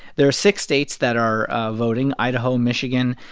there are six states that are ah voting idaho, michigan,